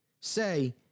say